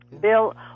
Bill